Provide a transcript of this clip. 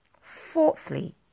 Fourthly